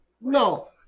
No